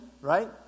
right